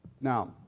Now